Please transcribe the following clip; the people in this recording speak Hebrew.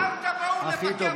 אל תבואו לבקר בהתיישבות.